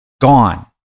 gone